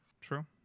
True